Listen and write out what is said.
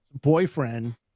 boyfriend